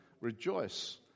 rejoice